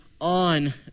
on